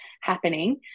happening